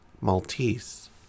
Maltese